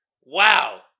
Wow